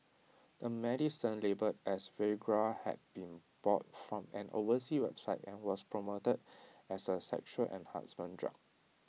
the medicine labelled as Viagra had been bought from an overseas website and was promoted as A sexual enhancement drug